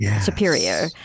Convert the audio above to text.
superior